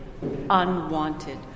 unwanted